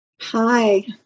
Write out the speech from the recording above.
Hi